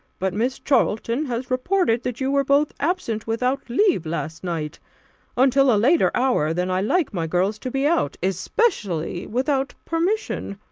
but miss charlton has reported that you were both absent without leave last night until a later hour than i like my girls to be out especially without permission.